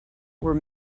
were